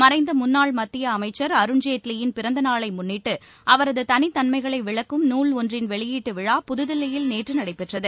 மறைந்த முன்னாள் மத்திய அமைச்சர் அருண்ஜேட்லியின் பிறந்த நாளை முன்னிட்டு அவரது தளித்தன்மைகளை விளக்கும் நூல் ஒன்றின் வெளியீட்டு விழா புதுதில்லியில் நேற்று நடைபெற்றது